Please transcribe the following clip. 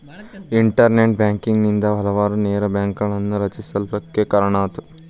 internet banking ನಿಂದಾ ಹಲವಾರು ನೇರ ಬ್ಯಾಂಕ್ಗಳನ್ನ ರಚಿಸ್ಲಿಕ್ಕೆ ಕಾರಣಾತು